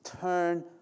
turn